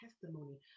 testimony